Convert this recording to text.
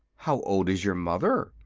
how old is your mother?